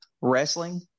wrestling